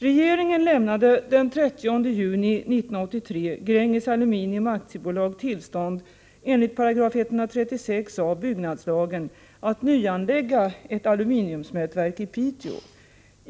Regeringen lämnade den 30 juni 1983 Gränges Aluminium AB tillstånd 27 enligt 136 a § byggnadslagen att nyanlägga ett aluminiumsmältverk i Piteå.